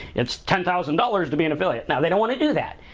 it's ten thousand dollars to be an affiliate. no, they don't wanna do that,